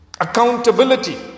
accountability